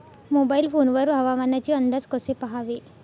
Mobile phone वर हवामानाचे अंदाज कसे पहावे?